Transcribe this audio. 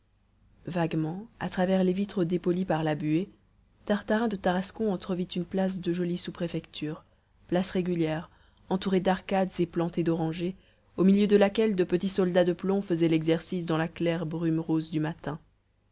vaguement à travers les vitres dépolies par la buée tartarin de tarascon entrevit une place de jolie sous-préfecture place régulière entourée d'arcades et plantée d'orangers au milieu de laquelle de petits soldats de plomb faisaient l'exercice dans la claire brume rose du matin